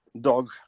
Dog